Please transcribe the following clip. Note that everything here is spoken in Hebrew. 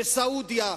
בסעודיה,